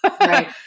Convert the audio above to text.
Right